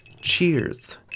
Cheers